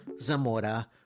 Zamora